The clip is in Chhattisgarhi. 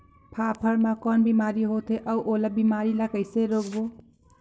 फाफण मा कौन बीमारी होथे अउ ओला बीमारी ला कइसे रोकबो?